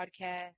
podcast